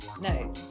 no